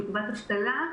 קצבת אבטלה,